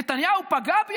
נתניהו פגע בי,